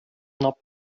not